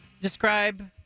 describe